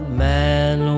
man